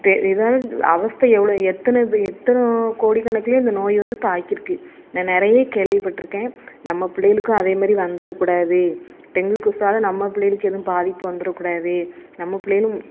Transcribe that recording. இதால அவஸ்தை எவ்வளோ எத்தனை இது எத்தனை கோடி கணக்கிலேயே இந்த நோய் வந்து தாக்கியிருக்கு நான் நிறைய கேள்விப்பட்டுருக்கேன் நம்ம புள்ளைகளுக்கும் அதேமாதிரி வந்துடக்கூடாது டெங்கு கொசால நம்ம புள்ளைகளுக்கு எதுவும் பாதிப்பு வந்துடக்கூடாது நம்ம புள்ளைகளும்